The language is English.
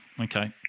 Okay